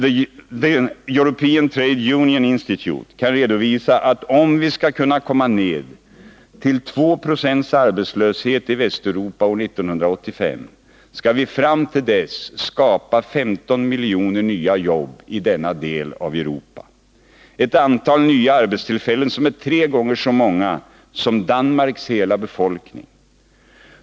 The European Trade Union Institute kan redovisa att om vi skall kunna komma ned till 2 96 arbetslöshet i Västeuropa år 1985 skall vi fram till dess skapa 15 miljoner nya jobb i denna del av Europa — ett antal nya arbetstillfällen som är tre gånger så stort som Danmarks hela befolkning.